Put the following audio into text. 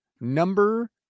number